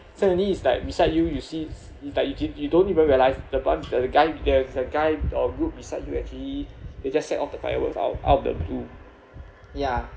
suddenly it's like beside you you see it's like you you don't even realise the bunch the the guy the the guy or group beside you actually they just set of the fireworks out out of the blue ya